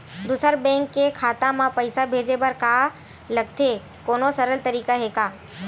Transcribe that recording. दूसरा बैंक के खाता मा पईसा भेजे बर का लगथे कोनो सरल तरीका हे का?